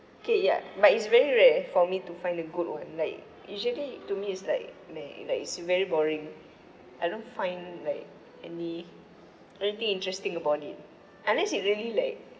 okay ya but it's very rare for me to find a good one like usually to me it's like may~ like it's very boring I don't find like any anything interesting about it unless you really like